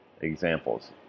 Examples